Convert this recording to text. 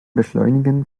beschleunigen